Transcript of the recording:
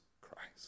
Christ